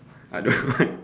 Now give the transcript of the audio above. I don't want